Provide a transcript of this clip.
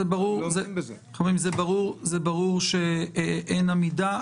זה ברור שאין עמידה.